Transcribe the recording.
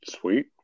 Sweet